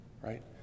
right